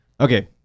Okay